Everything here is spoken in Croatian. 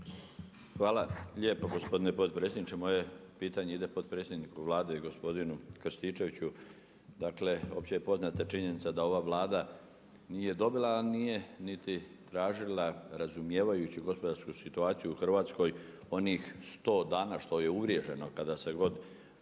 Hvala lijepo gospodine potpredsjedniče. Moje pitanje ide potpredsjedniku Vlade i gospodinu Krstičeviću. Dakle opće je poznata činjenica da ova Vlada nije dobila, a nije niti tražila razumijevajući gospodarsku situaciju u Hrvatskoj onih 100 dana što je uvriježeno kada se god